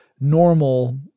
normal